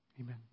Amen